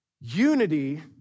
unity